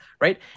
Right